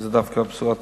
וזו דווקא בשורה טובה.